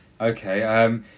okay